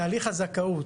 תהליך הזכאות,